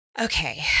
Okay